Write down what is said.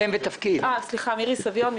בבקשה, מירי סביון.